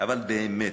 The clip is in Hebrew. אבל באמת,